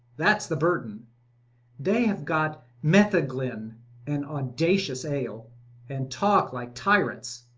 that's the burden they have got metbeglin and audacious ale and talk like tyrants.